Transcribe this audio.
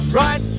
right